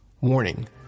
Warning